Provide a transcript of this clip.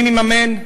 מי מממן?